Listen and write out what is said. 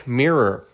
mirror